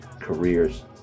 careers